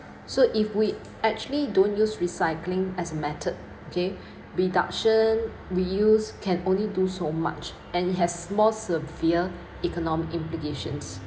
so if we actually don't use recycling as a method okay reduction reuse can only do so much and it has more severe economic implications